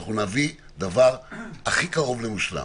ואנחנו נביא דבר הכי קרוב למושלם.